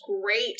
great